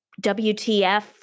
WTF